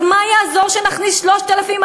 אז מה יעזור שנכניס 3,000,